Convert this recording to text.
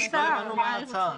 אבל לא הבנו מה ההצעה.